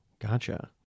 Gotcha